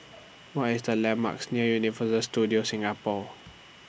What IS The landmarks near Universal Studios Singapore